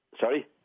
Sorry